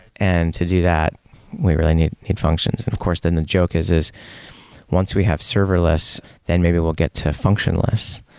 and to do that we really need need functions. of course, than the joke is is once we have serverless, then maybe we'll get to functionless,